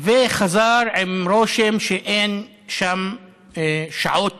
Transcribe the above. וחזר עם רושם שאין שם מספיק שעות